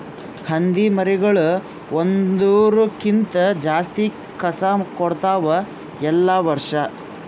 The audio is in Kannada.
ಹಂದಿ ಮರಿಗೊಳ್ ಒಂದುರ್ ಕ್ಕಿಂತ ಜಾಸ್ತಿ ಕಸ ಕೊಡ್ತಾವ್ ಎಲ್ಲಾ ವರ್ಷ